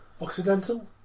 occidental